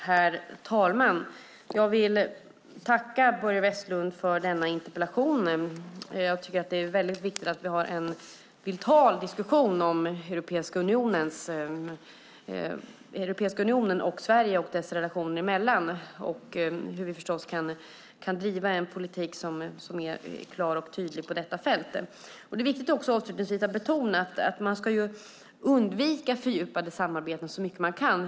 Herr talman! Jag tackar Börje Vestlund för interpellationen. Det är viktigt att vi har en vital diskussion om Europeiska unionen och Sverige och relationerna dem emellan och om hur vi kan driva en politik som är klar och tydlig på detta område. Det är viktigt att betona att man ska undvika fördjupade samarbeten så mycket man kan.